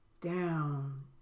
down